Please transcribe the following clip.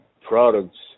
products